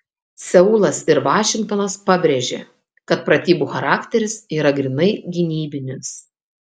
seulas ir vašingtonas pabrėžė kad pratybų charakteris yra grynai gynybinis